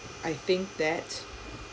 I think that